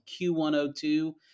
Q102